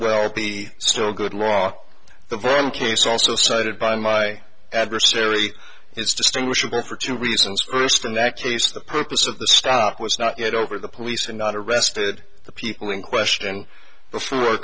well be still good law the form case also cited by my adversary is distinguishable for two reasons first in that case the purpose of the stop was not yet over the police and not arrested the people in question for